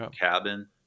cabin